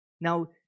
Now